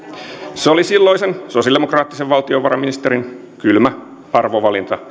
se oli silloisen sosialidemokraattisen valtiovarainministerin kylmä arvovalinta